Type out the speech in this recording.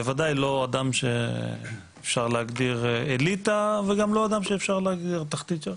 בוודאי לא אדם שאפשר להגדיר אליטה וגם לא אדם שאפשר להגדיר בתחתית,